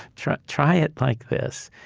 try try it like this.